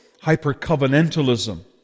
hyper-covenantalism